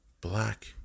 black